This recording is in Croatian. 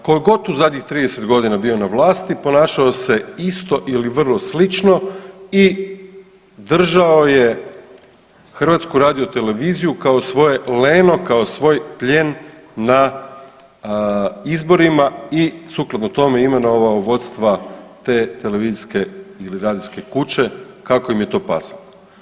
Tko je god u zadnjih 30 godina bio na vlasti ponašao se isto ili vrlo slično i držao je Hrvatsku radioteleviziju kao svoje leno, kao svoj plijen na izborima i sukladno tome imenovao vodstva te televizijske ili radijske kuće kako im je to pasalo.